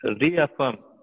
reaffirm